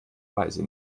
weise